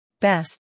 Best